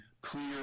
clear